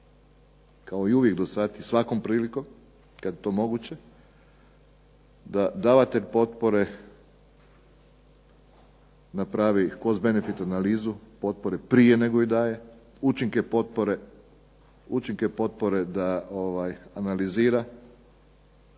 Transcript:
kao i uvijek do sada kao i svakom prilikom kada je to moguće, da davatelj potpore napravi Cost-benefit potpori prije nego je daje, učinke potpore da analizira